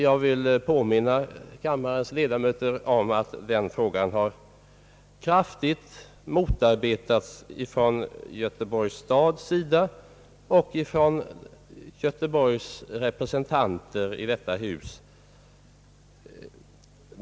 Jag vill påminna kammarens ledamöter om att den saken har kraftigt motarbetats från Göteborgs stads sida och från Göteborgs representanter 1 detta hus.